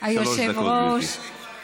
כבוד היושב-ראש,